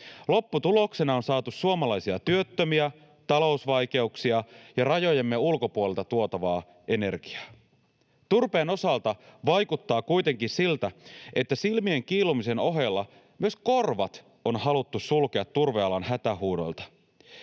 Lopputuloksena on saatu suomalaisia työttömiä, talousvaikeuksia ja rajojemme ulkopuolelta tuotavaa energiaa. Turpeen osalta vaikuttaa kuitenkin siltä, että silmien kiilumisen ohella myös korvat on haluttu sulkea turvealan hätähuudoilta.